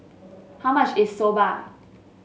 how much is Soba